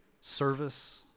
service